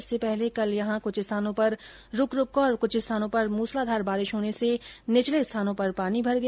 इससे पहले कल यहां कुछ स्थानों पर रूकरूक कर और कुछ स्थानों पर मूसलाधार बारिश होने से निचले स्थानों पर पानी भर गया